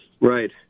Right